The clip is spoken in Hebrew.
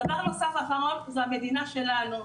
דבר נוסף ואחרון זו המדינה שלנו,